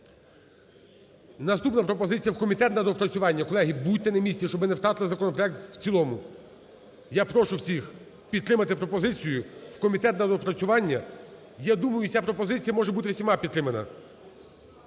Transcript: Наступна пропозиція: в комітет на доопрацювання. Колеги, будьте на місці, щоб ми не втратили законопроект в цілому. Я прошу всіх підтримати пропозицію в комітет на доопрацювання. Я думаю, ця пропозиція може бути усіма підтримана.